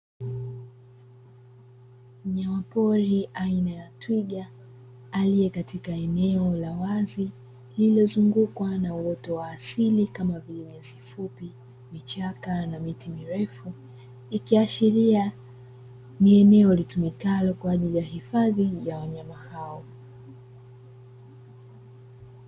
Mnyama pori aina ya Twiga, aliye katika eneo la wazi, lililozungukwa na uoto wa asili kama vile; nyasi fupi, vichaka na miti mirefu. Ikiashiria ni eneo litumikalo kwa ajili hifadhi ya wanyama hao.